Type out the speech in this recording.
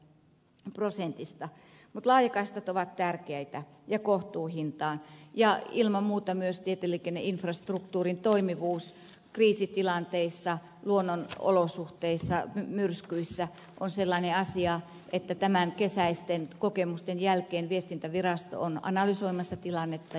mutta laajakaistat kohtuuhintaan ovat tärkeitä ja ilman muuta myös tietoliikenneinfrastruktuurin toimivuus kriisitilanteissa luonnon olosuhteissa myrskyissä on sellainen asia että tämänkesäisten kokemusten jälkeen viestintävirasto on analysoimassa tilannetta